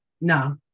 No